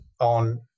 on